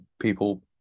people